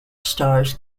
stars